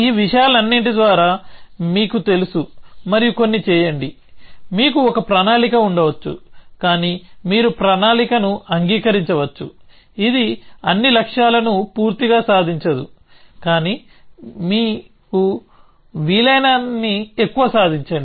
ఈ విషయాలన్నింటి ద్వారా మీకు తెలుసు మరియు కొన్ని చేయండి మీకు ఒక ప్రణాళిక ఉండవచ్చు కానీ మీరు ప్రణాళిక ను అంగీకరించవచ్చు ఇది అన్ని లక్ష్యాలను పూర్తిగా సాధించదు కానీ వీలైనన్ని ఎక్కువ సాధించండి